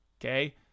Okay